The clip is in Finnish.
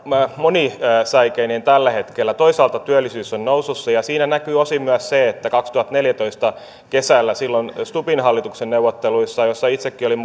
monisäikeinen tällä hetkellä toisaalta työllisyys on nousussa ja siinä näkyy osin myös se että kaksituhattaneljätoista kesällä silloin stubbin hallituksen neuvotteluissa joissa itsekin olin